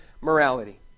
morality